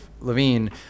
Levine